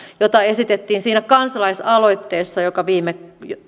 jota esitettiin siinä kansalaisaloitteessa joka viime